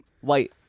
White